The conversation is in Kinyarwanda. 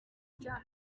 byaha